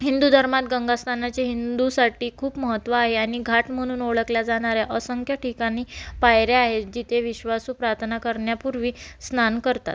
हिंदू धर्मात गंगास्नानाचे हिंदूसाठी खूप महत्त्व आहे आणि घाट म्हणून ओळखल्या जाणाऱ्या असंख्य ठिकाणी पायऱ्या आहेत जिथे विश्वासू प्रार्थना करण्यापूर्वी स्नान करतात